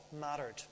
mattered